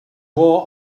war